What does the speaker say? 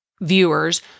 viewers